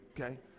Okay